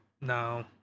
no